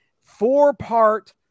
four-part